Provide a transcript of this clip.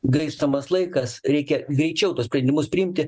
gaištamas laikas reikia greičiau tuos sprendimus priimti